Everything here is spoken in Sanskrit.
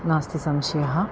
नास्ति संशयः